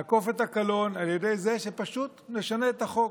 לעקוף את הקלון, על ידי זה שפשוט נשנה את החוק.